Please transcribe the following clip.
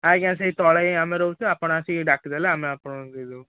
ଆଜ୍ଞା ସେଇ ତଳେ ହିଁ ଆମେ ରହୁଛୁ ଆପଣ ଆସିକି ଡାକିଦେଲେ ଆମେ ଆପଣଙ୍କୁ ଦେଇଦେବୁ